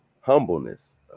humbleness